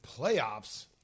playoffs